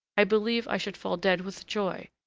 i believe i should fall dead with joy.